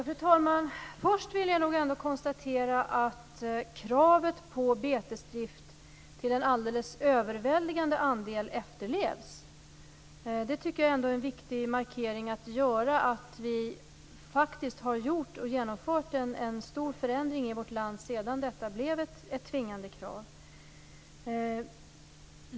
Fru talman! Först vill jag nog ändå konstatera att kravet på betesdrift till en alldeles överväldigande andel efterlevs. Det tycker jag är en viktig markering att göra; att vi faktiskt har genomfört en stor förändring i vårt land sedan detta blev ett tvingande krav.